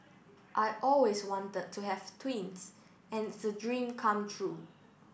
I always wanted to have twins and it's a dream come true